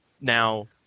Now